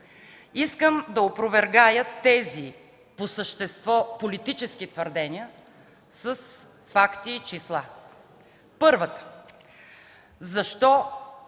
Искам да опровергая по същество тези политически твърдения с факти и числа. Първата – защо